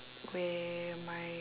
where my